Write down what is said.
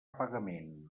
pagament